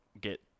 get